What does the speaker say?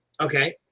okay